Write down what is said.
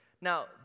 Now